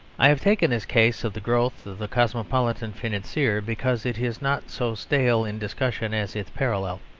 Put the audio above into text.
i have taken this case of the growth of the cosmopolitan financier, because it is not so stale in discussion as its parallel,